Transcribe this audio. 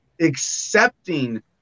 accepting